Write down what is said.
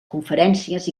conferències